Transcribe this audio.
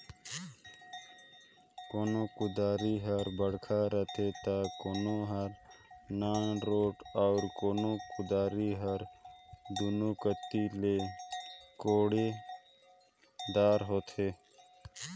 कोनो कुदारी हर बड़खा रहथे ता कोनो हर नानरोट अउ कोनो कुदारी हर दुनो कती ले कोड़े दार होथे